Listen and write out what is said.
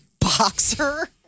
Boxer